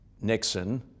Nixon